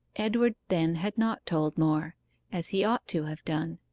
edward then had not told more as he ought to have done